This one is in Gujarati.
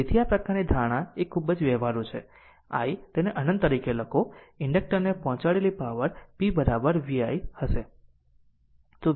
તેથી આ પ્રકારની ધારણા તે ખૂબ જ વ્યવહારુ છે તેથી i તેને અનંત તરીકે લખો અને ઇન્ડક્ટર ને પહોંચાડેલી પાવર p v I હશે